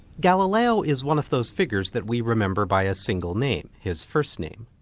galileo is one of those figures that we remember by a single name, his first name.